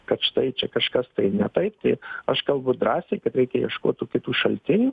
kad štai čia kažkas tai ne taip taip aš kalbu drąsiai kad reikia ieškot tų kitų šaltinių